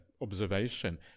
observation